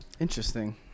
Interesting